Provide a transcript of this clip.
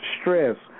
stress